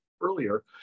earlier